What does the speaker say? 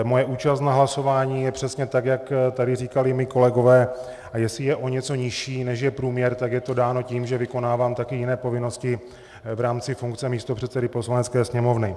Moje účast na hlasování je přesně tak, jak tady říkali mí kolegové, a jestli je o něco nižší, než je průměr, tak je to dáno tím, že vykonávám taky jiné povinnosti v rámci funkce místopředsedy Poslanecké sněmovny.